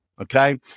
Okay